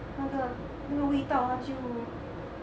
那个那个味道它就